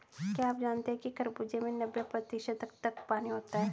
क्या आप जानते हैं कि खरबूजे में नब्बे प्रतिशत तक पानी होता है